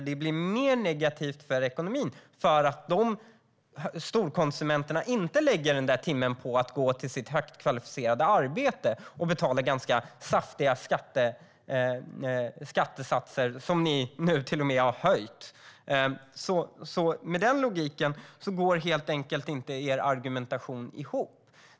Det blir mer negativt för ekonomin i och med att storkonsumenterna då inte lägger den där extra timmen på att gå till sitt högkvalificerade arbete, där de betalar ganska saftiga skattesatser, som ni nu till och med har höjt. Med den logiken går er argumentation helt enkelt inte ihop!